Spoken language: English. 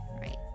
Right